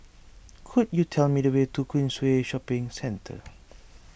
could you tell me the way to Queensway Shopping Centre